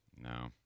No